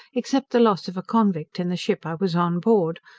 except the loss of a convict in the ship i was on board,